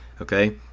Okay